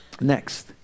Next